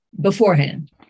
beforehand